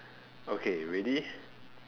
okay ready